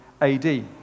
AD